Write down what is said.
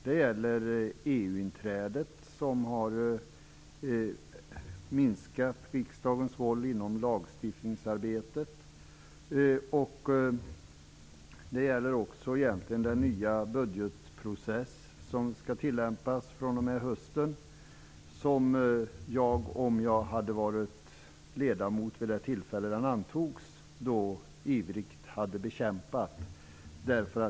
Det gäller EU-inträdet, som har minskat riksdagens roll inom lagstiftningsarbetet. Det gäller egentligen också den nya budgetprocess som skall tillämpas fr.o.m. hösten, som jag om jag hade varit ledamot vid det tillfälle den antogs ivrigt hade bekämpat.